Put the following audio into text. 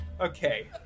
Okay